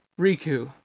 Riku